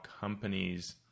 companies